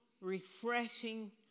refreshing